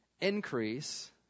increase